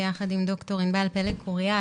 ביחד עם ד"ר ענבל פלג-קוריאט,